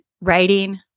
writing